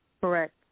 Correct